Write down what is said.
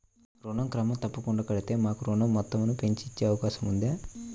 ఋణం క్రమం తప్పకుండా కడితే మాకు ఋణం మొత్తంను పెంచి ఇచ్చే అవకాశం ఉందా?